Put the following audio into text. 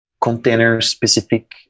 container-specific